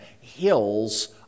hills